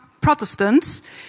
Protestants